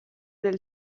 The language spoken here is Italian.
del